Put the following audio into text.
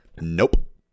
nope